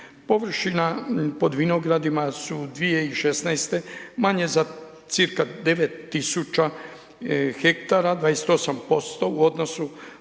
Površina pod vinogradima su u 20169. manje za cirka 9000 hektara, 28% u odnosu